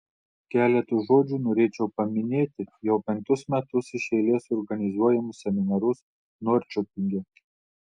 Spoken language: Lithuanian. keletu žodžių norėčiau paminėti jau penktus metus iš eilės organizuojamus seminarus norčiopinge